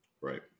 Right